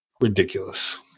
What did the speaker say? Ridiculous